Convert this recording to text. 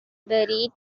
buried